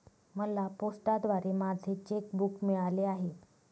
मला पोस्टाद्वारे माझे चेक बूक मिळाले आहे